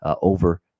over